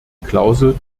klausel